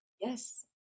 Yes